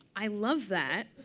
i love that.